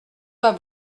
pas